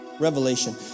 Revelation